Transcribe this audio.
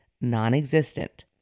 non-existent